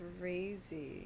crazy